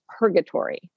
purgatory